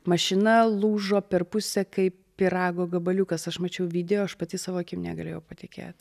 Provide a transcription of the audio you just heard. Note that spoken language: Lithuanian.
mašina lūžo per pusę kaip pyrago gabaliukas aš mačiau video aš pati savo akim negalėjau patikėt